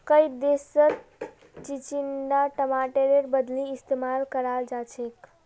कई देशत चिचिण्डा टमाटरेर बदली इस्तेमाल कराल जाछेक